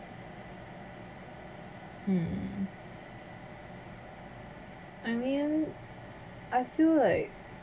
hmm I mean I feel like